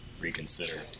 reconsider